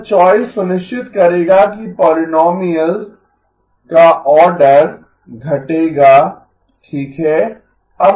यह चॉइस सुनिश्चित करेगा कि पोलीनोमीअल का आर्डर घटेगा ठीक है